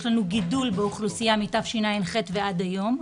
יש לנו גידול באוכלוסייה מאז תשע"ח ועד היום.